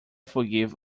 forgive